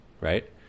right